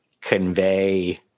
convey